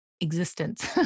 existence